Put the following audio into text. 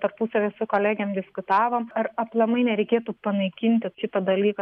tarpusavy su kolegėm diskutavom ar aplamai nereikėtų panaikinti šitą dalyką